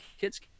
kids